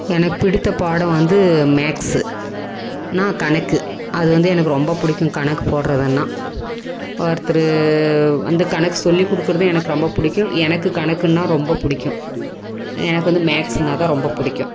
எனக்கு பிடித்த பாடம் வந்து மேக்ஸு நான் கணக்கு அது வந்து எனக்கு ரொம்ப பிடிக்கும் கணக்கு போடுறதுன்னா ஒருத்தர் வந்து கணக்கு சொல்லிக் கொடுக்குறதும் எனக்கு ரொம்ப பிடிக்கும் எனக்கு கணக்குன்னா ரொம்ப பிடிக்கும் எனக்கு வந்து மேக்ஸுன்னா தான் ரொம்ப பிடிக்கும்